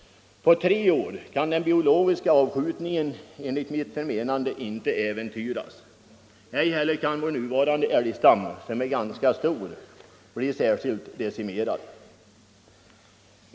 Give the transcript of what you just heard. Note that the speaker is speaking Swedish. På tre år kan den biologiska avskjutningen ej äventyras. Ej heller kan vår nuvarande älgstam, som är ganska stor, bli särskilt decimerad.